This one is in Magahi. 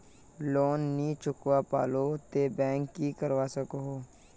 लोन नी चुकवा पालो ते बैंक की करवा सकोहो?